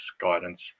guidance